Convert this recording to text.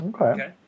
Okay